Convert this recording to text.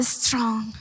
strong